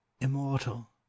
immortal